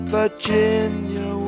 Virginia